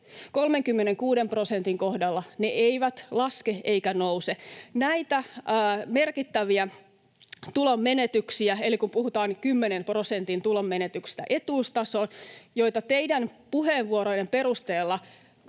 36 prosentin kohdalla ne eivät laske eivätkä nouse. Näitä merkittäviä tulonmenetyksiä, eli kun puhutaan kymmenen prosentin tulonmenetyksistä etuustasoon, joita teidän puheenvuorojenne perusteella